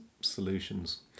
solutions